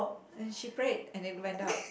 and she prayed and then went out